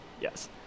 Yes